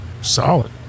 Solid